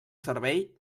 servei